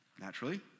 Naturally